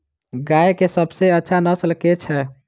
गाय केँ सबसँ अच्छा नस्ल केँ छैय?